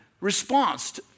response